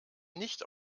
nicht